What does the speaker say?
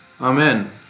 Amen